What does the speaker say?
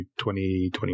2021